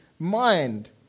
mind